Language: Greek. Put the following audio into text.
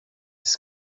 της